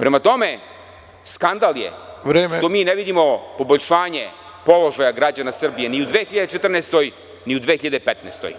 Prema tome, skandal je što mi ne vidimo poboljšanje položaja građana Srbije, ni u 2014. ni u 2015.